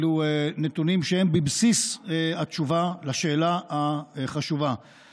אלו נתונים שהם בבסיס התשובה לשאלה החשובה,